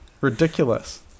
ridiculous